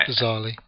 Bizarrely